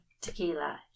tequila